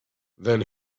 then